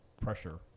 pressure